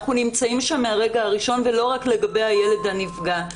אנחנו נמצאים שם מהרגע הראשון ולא רק לגבי הילד הנפגע.